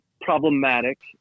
problematic